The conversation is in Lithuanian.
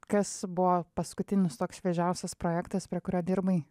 kas buvo paskutinis toks šviežiausias projektas prie kurio dirbai